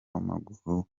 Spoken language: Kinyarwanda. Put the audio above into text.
w’amaguru